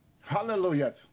Hallelujah